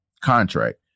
contract